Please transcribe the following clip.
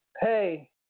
Hey